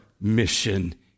mission